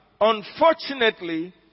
unfortunately